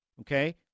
okay